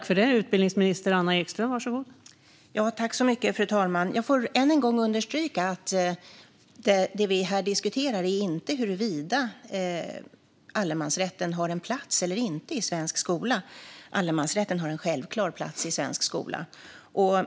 Fru talman! Jag får än en gång understryka att det som vi här diskuterar inte är huruvida allemansrätten har en plats eller inte i svensk skola. Allemansrätten har en självklar plats i svensk skola.